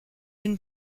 une